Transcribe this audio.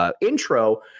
Intro